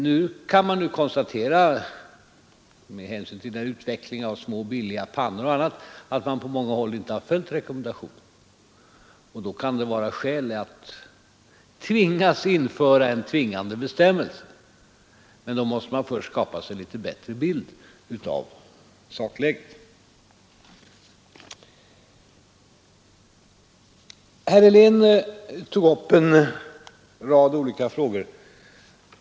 Nu kan man konstatera — med hänsyn bl.a. till utvecklingen mot små billiga pannor — att man på många håll inte har följt rekommendationen. Det kan vara skäl till att man tvingas införa en tvingande bestämmelse, men då måste man först skapa sig en litet bättre bild av sakläget. Herr Helén tog upp en rad olika frågor.